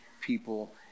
people